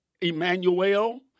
Emmanuel